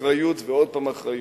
אחריות ועוד פעם אחריות.